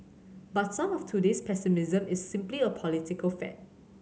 but some of today's pessimism is simply a political fad